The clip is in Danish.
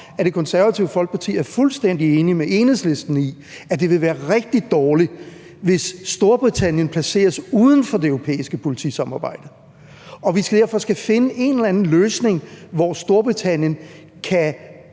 at Det Konservative Folkeparti er fuldstændig enige med Enhedslisten i, at det vil være rigtig dårligt, hvis Storbritannien placeres uden for det europæiske politisamarbejde. Vi skal derfor finde en eller anden løsning, hvor Storbritannien kan